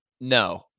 No